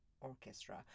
orchestra